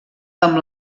amb